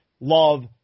Love